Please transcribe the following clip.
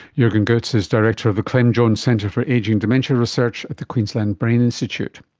jurgen gotz is director of the clem jones centre for ageing dementia research at the queensland brain institute.